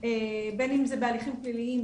בין אם זה בהליכים פליליים,